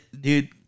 Dude